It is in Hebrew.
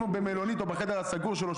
אם הוא במלונית או בחדר הסגור שלו,